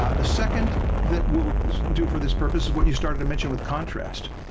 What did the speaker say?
ah the second that we'll do for this purpose is what you started to mention with contrast.